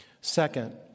Second